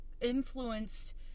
influenced